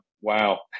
wow